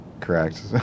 correct